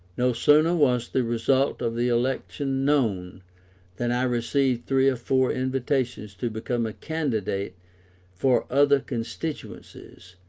no sooner was the result of the election known than i received three or four invitations to become a candidate for other constituencies,